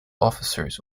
officers